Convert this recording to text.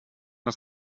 das